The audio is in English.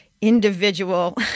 individual